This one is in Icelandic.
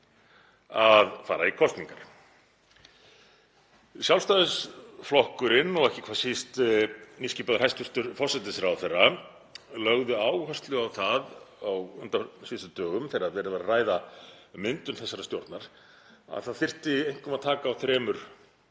að fara í kosningar. Sjálfstæðisflokkurinn og ekki hvað síst nýskipaður hæstv. forsætisráðherra lögðu áherslu á það á síðustu dögum þegar verið var að ræða um myndun þessarar stjórnar að það þyrfti að taka á þremur